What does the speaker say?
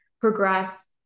progress